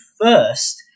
first